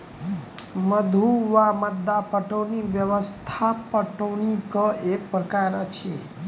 मद्दु वा मद्दा पटौनी व्यवस्था पटौनीक एक प्रकार अछि